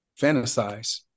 fantasize